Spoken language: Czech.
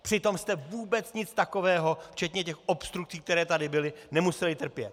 Přitom jste vůbec nic takového, včetně těch obstrukcí, které tady byly, nemuseli trpět!